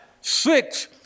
six